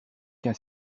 qu’un